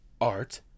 Art